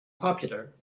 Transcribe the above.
popular